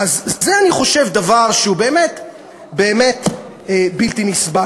אני חושב שזה דבר שהוא באמת בלתי נסבל.